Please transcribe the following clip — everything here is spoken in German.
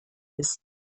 ist